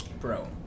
Bro